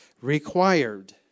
required